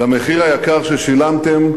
במחיר היקר ששילמתם,